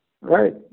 Right